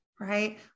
Right